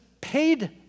paid